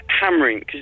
hammering